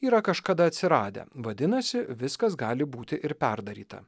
yra kažkada atsiradę vadinasi viskas gali būti ir perdaryta